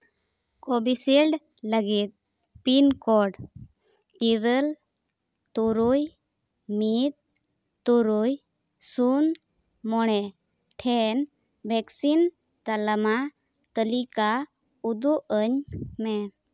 Covishield ᱞᱟᱹᱜᱤᱫ pin code ᱤᱨᱟᱹᱞ ᱛᱩᱨᱩᱭ ᱢᱤᱫ ᱛᱩᱨᱩᱭ ᱥᱩᱱ ᱢᱚᱬᱮ ᱴᱷᱮᱱ ᱵᱷᱮᱠᱥᱤᱱ ᱛᱟᱞᱟᱢᱟ ᱛᱟᱹᱞᱤᱠᱟ ᱩᱫᱩᱜᱼᱟᱹᱧ ᱢᱮ